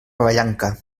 vallanca